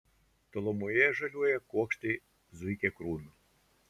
tolumoje žaliuoja kuokštai zuikiakrūmių